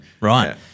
right